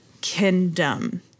kingdom